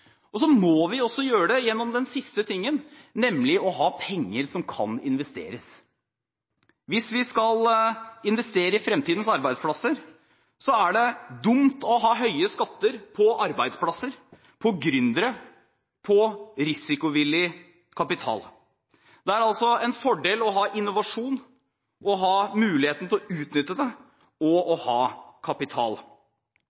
Norge. Så må vi også gjøre det gjennom det siste, nemlig å ha penger som kan investeres. Hvis vi skal investere i fremtidens arbeidsplasser, er det dumt å ha høye skatter på arbeidsplasser, på gründere, på risikovillig kapital. Det er altså en fordel å ha innovasjon, å ha muligheten til å utnytte det og å